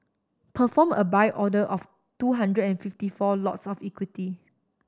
perform a Buy order of two hundred and fifty four lots of equity